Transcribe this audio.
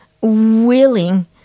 willing